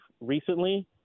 recently